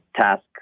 task